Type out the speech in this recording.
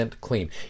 clean